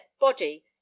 body—